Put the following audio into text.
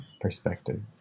perspective